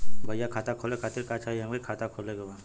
भईया खाता खोले खातिर का चाही हमके खाता खोले के बा?